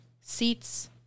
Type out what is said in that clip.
seats